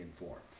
informed